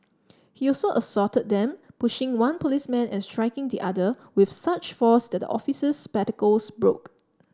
he also assaulted them pushing one policeman and striking the other with such force that the officer's spectacles broke